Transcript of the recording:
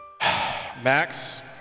Max